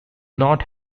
not